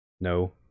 No